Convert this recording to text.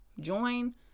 join